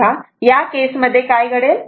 तेव्हा या टेस्टमध्ये काय घडेल